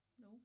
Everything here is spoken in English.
No